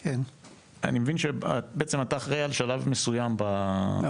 אני מבין שבעצם אתה אחראי על שלב מסוים בגיור.